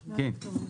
כן.